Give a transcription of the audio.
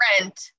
rent